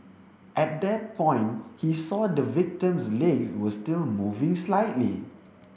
at that point he saw the victim's legs were still moving slightly